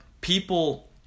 people